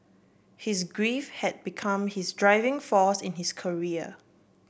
his grief had become his driving force in his career